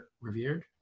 Revered